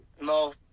No